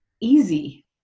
easy